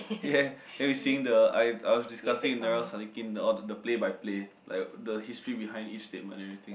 ya then we sing the I I was discussing with Narelle Salikin the play by play like the history behind each statement everything